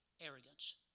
arrogance